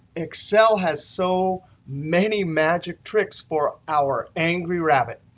excel has so many magic tricks for our angry rabbit.